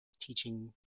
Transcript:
teaching